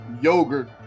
yogurt